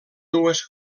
dues